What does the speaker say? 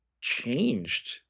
changed